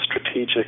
strategic